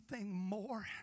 more